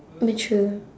mature